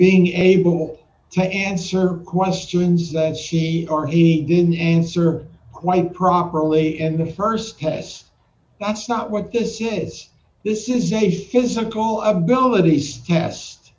being able to answer questions that she or he didn't answer quite properly in the st test that's not what this yes this is a physical abilities tes